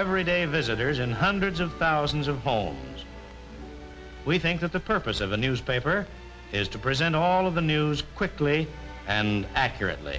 every day visitors and hundreds of thousands of homes we think that the purpose of a newspaper is to present all of the news quickly and accurately